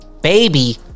baby